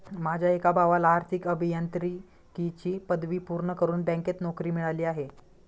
माझ्या एका भावाला आर्थिक अभियांत्रिकीची पदवी पूर्ण करून बँकेत नोकरी मिळाली आहे